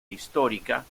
histórica